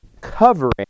covering